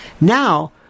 Now